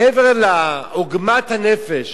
מעבר לעוגמת הנפש,